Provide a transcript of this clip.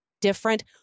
different